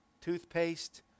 toothpaste